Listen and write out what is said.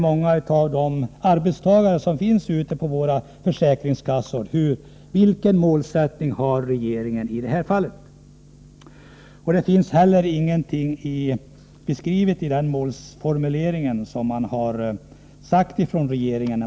Många av arbetstagarna på försäkringskassorna frågar sig: Vilken målsättning har regeringen i det här fallet? Det finns inte heller någonting skrivet i uppdraget från regeringen.